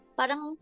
parang